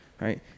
right